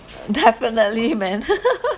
definitely man